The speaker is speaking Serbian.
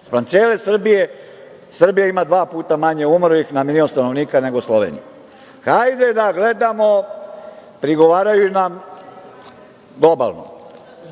Spram cele Srbije, Srbija ima dva puta manje umrlih na milion stanovnika nego Slovenija. Hajde da gledamo, prigovaraju nam, globalno.